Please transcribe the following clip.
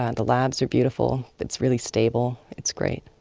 and the labs are beautiful, it's really stable. it's great.